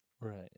Right